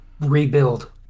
rebuild